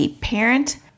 parent